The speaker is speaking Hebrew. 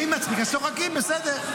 אם מצחיק אז צוחקים, בסדר.